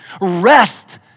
Rest